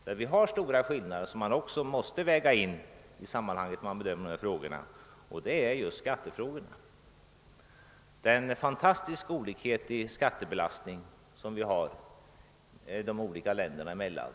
Det finns stora skillnader som man också måste väga in när man bedömer dessa. frågor, nämligen skattefrågorna. Det är en fantastisk olikhet i skattebelastningen mellan de olika länderna.